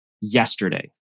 yesterday